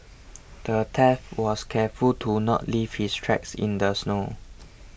the thief was careful to not leave his tracks in the snow